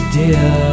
dear